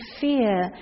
fear